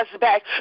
back